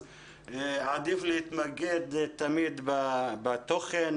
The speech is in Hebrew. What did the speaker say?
עדיף להתמקד תמיד בתוכן,